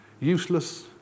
useless